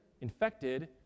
infected